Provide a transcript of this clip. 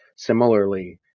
similarly